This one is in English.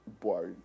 boy